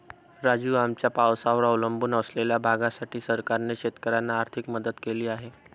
राजू, आमच्या पावसावर अवलंबून असलेल्या भागासाठी सरकारने शेतकऱ्यांना आर्थिक मदत केली आहे